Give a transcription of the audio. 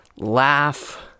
Laugh